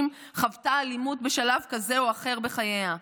חוותה אלימות בשלב כזה או אחר בחייה.